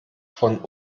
von